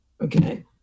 Okay